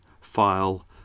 file